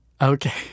okay